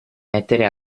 mettere